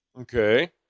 Okay